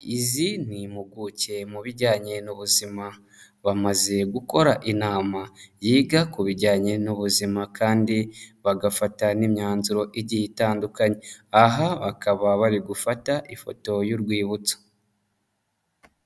Izi ni impuguke mu bijyanye n'ubuzima, bamaze gukora inama yiga ku bijyanye n'ubuzima kandi bagafata n'imyanzuro igiye itandukanye aha bakaba bari gufata ifoto y'urwibutso.